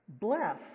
bless